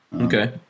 Okay